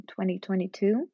2022